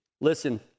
Listen